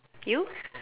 you